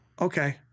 Okay